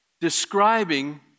describing